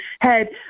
head